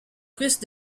russe